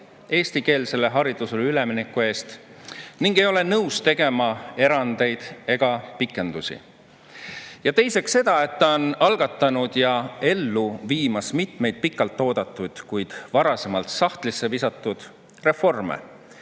eestikeelsele haridusele ülemineku eest ning ei ole nõus tegema erandeid ega pikendusi. Ja teiseks seda, et ta on algatanud ja viib ellu mitut pikalt oodatud, kuid varasemalt sahtlisse visatud reformi.